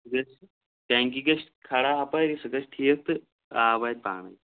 گژھِ ٹینٛکی گژھِ خراب اَپٲری سُہ گژھِ ٹھیٖک تہٕ آب واتہِ پانَے